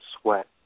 sweat